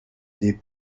des